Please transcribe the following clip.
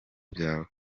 byawe